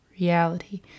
reality